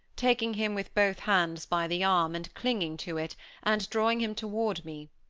taking him with both hands by the arm, and clinging to it and drawing him toward me.